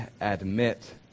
admit